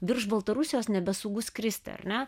virš baltarusijos nebesaugu skristi ar ne